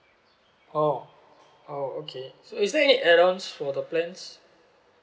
orh oh okay so is there any add on for the plans